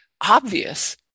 obvious